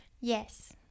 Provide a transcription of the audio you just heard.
Yes